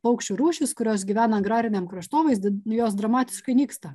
paukščių rūšys kurios gyvena agrariniam kraštovaizdy jos dramatiškai nyksta